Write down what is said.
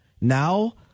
Now